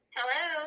Hello